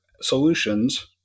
solutions